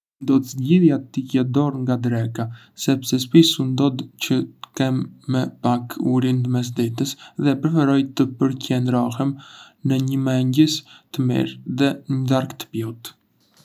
Do të zgjidhja të hiqja dorë nga dreka, sepse shpissu ndodh që të kem më pak uri në mes të ditës dhe preferoj të përqendrohem në një mëngjes të mirë dhe një darkë të plotë.